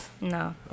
No